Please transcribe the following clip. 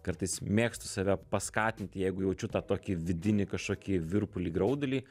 kartais mėgstu save paskatinti jeigu jaučiu tą tokį vidinį kažkokį virpulį graudulį